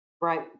right